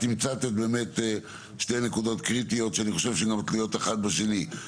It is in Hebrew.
תמצא באמת שתי נקודות קריטיות שאני חושב שגם תלויות אחת בשנייה.